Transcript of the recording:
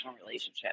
relationship